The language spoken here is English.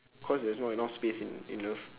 cause there's not enough space in in earth